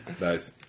Nice